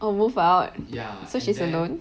oh move out so she's alone